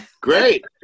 Great